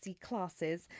classes